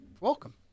Welcome